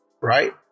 right